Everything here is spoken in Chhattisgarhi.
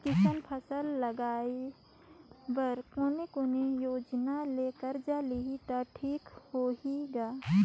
किसान फसल लगाय बर कोने कोने योजना ले कर्जा लिही त ठीक होही ग?